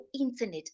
internet